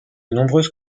nombreuses